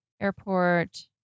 Airport